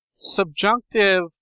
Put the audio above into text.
Subjunctive